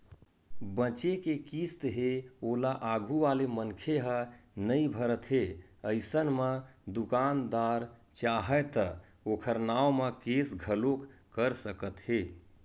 बचें के किस्त हे ओला आघू वाले मनखे ह नइ भरत हे अइसन म दुकानदार चाहय त ओखर नांव म केस घलोक कर सकत हे